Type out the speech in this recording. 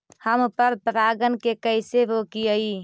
हम पर परागण के कैसे रोकिअई?